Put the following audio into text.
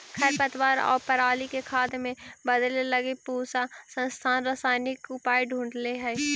खरपतवार आउ पराली के खाद में बदले लगी पूसा संस्थान रसायनिक उपाय ढूँढ़ले हइ